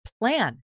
plan